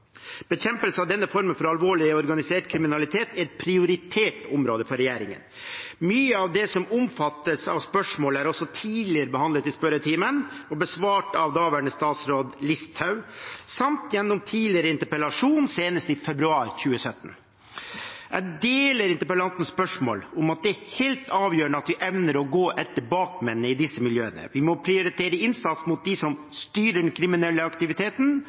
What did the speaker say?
Bekjempelse av denne formen for alvorlig og organisert kriminalitet er et prioritert område for regjeringen. Mye av det som omfattes av spørsmålet, er også tidligere behandlet i spørretimen og besvart av daværende statsråd Listhaug samt behandlet gjennom tidligere interpellasjoner, senest i februar 2017. Jeg deler interpellantens syn om at det er helt avgjørende at vi evner å gå etter bakmennene i disse miljøene. Vi må prioritere innsats mot dem som styrer den kriminelle aktiviteten,